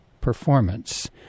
performance